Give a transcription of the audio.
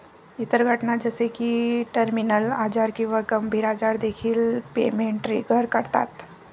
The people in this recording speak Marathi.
इतर घटना जसे की टर्मिनल आजार किंवा गंभीर आजार देखील पेमेंट ट्रिगर करतात